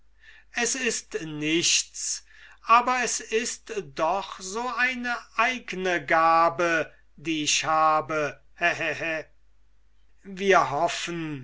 es ist nichts aber es ist doch so eine eigne gabe die ich habe hä hä hä wir hoffen